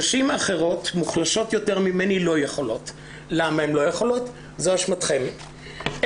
נשים אחרות מוחלשות יותר ממני לא יכולות וזו אשמתכם שהן לא יכולות.